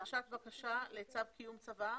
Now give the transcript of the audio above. הגשת בקשה לצו קיום צוואה?